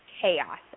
chaos